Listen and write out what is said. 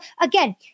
again